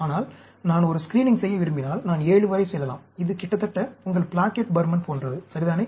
ஆனால் நான் ஒரு ஸ்கிரீனிங் செய்ய விரும்பினால் நான் 7 வரை செல்லலாம் இது கிட்டத்தட்ட உங்கள் பிளாக்கெட் பர்மன் போன்றது சரிதானே